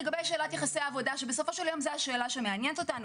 לגבי שאלת יחסי העבודה שבסופו של יום זו השאלה שמעניינת אותנו,